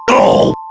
oh